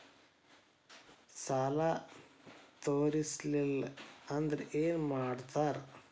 ಸಾಲ ತೇರಿಸಲಿಲ್ಲ ಅಂದ್ರೆ ಏನು ಮಾಡ್ತಾರಾ?